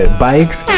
bikes